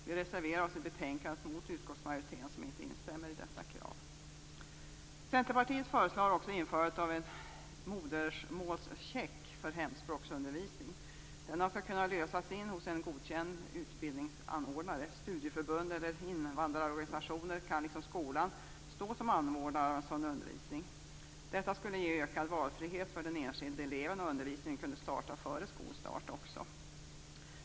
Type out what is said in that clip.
Vi reserverar oss i betänkandet mot utskottsmajoriteten, som inte instämmer i dessa krav. Centerpartiet föreslår också införandet av en modersmålscheck för hemspråksundervisning. Denna skall kunna lösas in hos en godkänd utbildningsanordnare. Studieförbund eller invandrarorganisationer kan liksom skolan stå som anordnare av sådan undervisning. Detta skulle ge ökad valfrihet för den enskilde eleven, och undervisningen kunde också starta före skolstart.